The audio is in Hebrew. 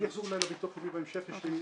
אני אחזור אולי בהמשך לביטוח הלאומי,